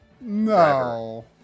No